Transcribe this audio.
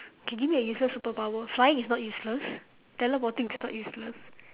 can give me a useless superpower flying is not useless teleporting is not useless